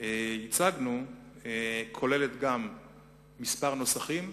הצגנו כוללת גם כמה נוסחים.